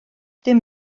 dim